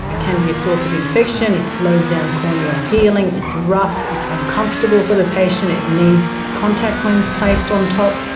it can be a source of infection, it slows down corneal healing, it's rough, it's uncomfortable for the patient, it needs a contact lens placed on top.